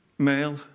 Male